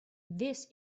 this